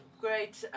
great